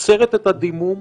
עוצרת את הדימום,